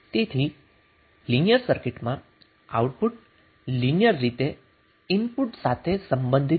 તેથી લિનિયર સર્કિટમાં output linear રીતે ઇનપુટ સાથે સંબંધિત છે